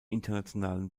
internationalen